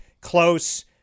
close